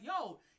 yo